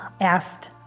asked